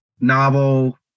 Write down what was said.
novel